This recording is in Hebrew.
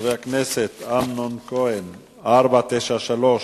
נודע לי שמכוניות המגיעות מאסיה יכולות,